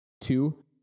Two